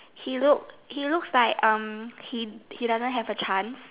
he look he looks like um he he doesn't have a chance